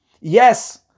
Yes